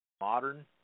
modern